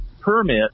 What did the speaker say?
permit